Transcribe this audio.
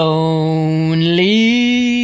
Lonely